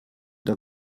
der